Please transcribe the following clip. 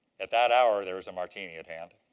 at that hour there was a martini at hand.